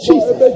Jesus